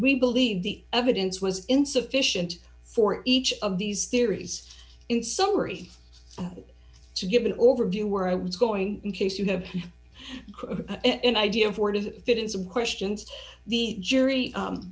we believe the evidence was insufficient for each of these theories in summary to give an overview where i was going in case you have an idea of word of it in some questions to the jury